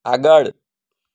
આગળ